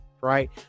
right